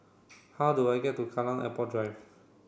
how do I get to Kallang Airport Drive